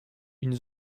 une